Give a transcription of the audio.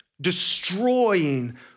destroying